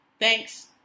Thanks